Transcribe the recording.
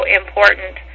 important